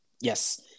Yes